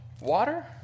water